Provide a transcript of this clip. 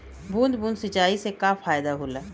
बूंद बूंद सिंचाई से का फायदा होला?